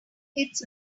decades